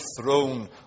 throne